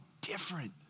different